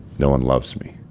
no one loves me.